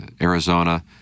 Arizona